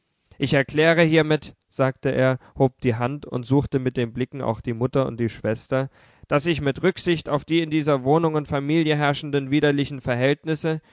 ich erkläre hiermit sagte er hob die hand und suchte mit den blicken auch die mutter und die schwester daß ich mit rücksicht auf die in dieser wohnung und familie herrschenden widerlichen verhältnisse